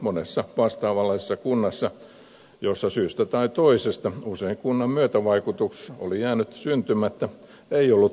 monessa vastaavanlaisessa kunnassa jossa syystä tai toisesta usein kunnan myötävaikutus oli jäänyt syntymättä ei ollut teollista toimintaa